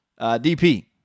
DP